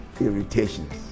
irritations